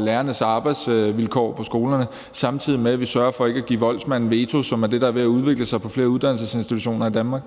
lærernes arbejdsvilkår på skolerne, samtidig med at vi sørger for ikke at give voldsmanden veto, hvilket er det, det er ved at udvikle sig til på flere uddannelsesinstitutioner i Danmark.